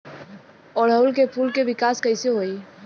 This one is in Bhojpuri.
ओड़ुउल के फूल के विकास कैसे होई?